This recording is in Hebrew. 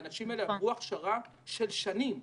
האנשים האלה עברו הכשרה של שנים.